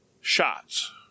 shots